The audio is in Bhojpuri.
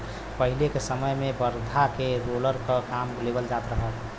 पहिले के समय में बरधा से रोलर क काम लेवल जात रहल